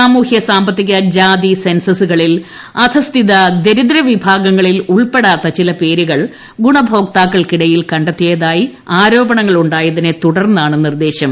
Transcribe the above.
സാമൂഹൃ സാമ്പത്തിക ജാതി സെൻസസിൽ അധസ്ഥിത ദരിദ്ര വിഭാഗങ്ങളിൽ ഉൾപ്പെടാത്ത ചില പേരുകൾ ഗുണഭോക്താക്കൾക്കിടയിൽ കണ്ടെത്തിയതായി ആരോപണങ്ങൾ ഉണ്ടായതിനെ തുടർന്നാണ് നിർദ്ദേശം